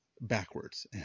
backwards